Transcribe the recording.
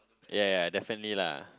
ya ya definitely lah